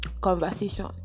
conversation